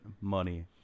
money